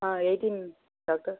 ah eighteen doctor